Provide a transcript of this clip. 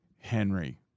Henry